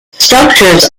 structures